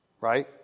right